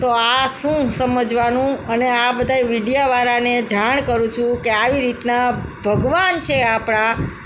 તો આ શું સમજવાનું અને આ બધાય મીડિયાવાળાને જાણ કરું છું કે આવી રીતે ભગવાન છે આપણા